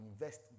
invest